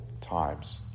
times